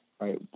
right